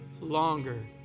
longer